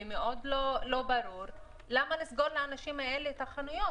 ומאוד לא ברור למה לסגור לאנשים האלה את החנויות